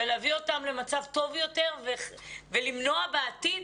ולהביא אותם למצב טוב יותר ולמנוע בעתיד?